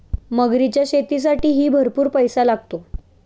मगरीच्या शेतीसाठीही भरपूर पैसा लागतो